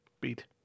beat